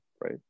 right